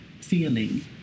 feeling